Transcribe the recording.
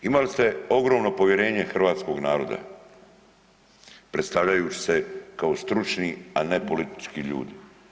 Imali ste ogromno povjerenje hrvatskog naroda predstavljajući se kao stručni, a ne politički ljudi.